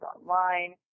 online